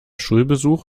schulbesuch